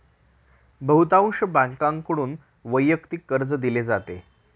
बहुतांश बँकांकडून वैयक्तिक कर्ज दिले जाते